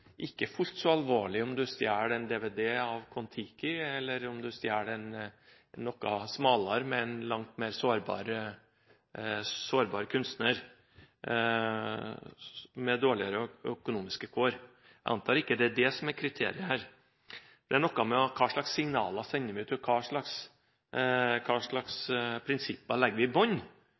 dvd av Kon-Tiki enn om man stjeler noe smalere med en langt mer sårbar kunstner med dårligere økonomiske kår. Jeg antar at det ikke er det som er kriteriet her. Det er noe med hva slags signaler man sender ut, og hva slags prinsipper man legger i